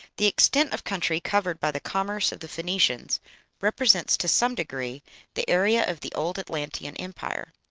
the extent of country covered by the commerce of the phoenicians represents to some degree the area of the old atlantean empire.